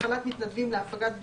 הפעלת מתנדבים להפגת בדידות,